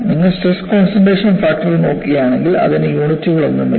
നിങ്ങൾ stress concentration factor നോക്കുകയാണെങ്കിൽ അതിന് യൂണിറ്റുകളൊന്നുമില്ല